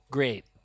Great